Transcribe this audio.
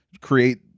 create